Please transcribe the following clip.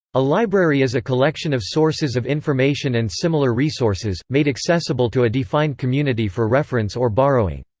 a library is a collection of sources of information and similar resources, made accessible to a defined community for reference or borrowing.